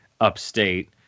upstate